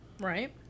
Right